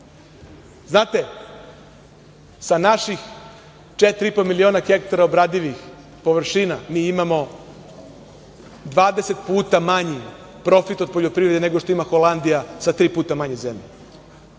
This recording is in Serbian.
sa naših 4,5 miliona hektara obradivih površina mi imamo 20 puta manji profit od poljoprivrede nego što ima Holandija sa tri puta manje zemlje,